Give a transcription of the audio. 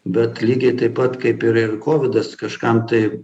bet lygiai taip pat kaip ir ir kovidas kažkam tai